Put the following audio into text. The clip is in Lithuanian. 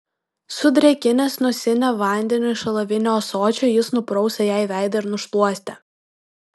sudrėkinęs nosinę vandeniu iš alavinio ąsočio jis nuprausė jai veidą ir nušluostė